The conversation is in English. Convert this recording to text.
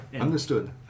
Understood